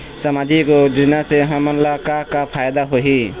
सामाजिक योजना से हमन ला का का फायदा होही?